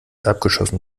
abgeschossen